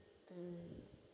mm